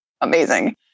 amazing